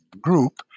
group